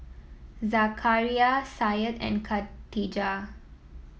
Zakaria Syed and Katijah